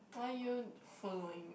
why are you following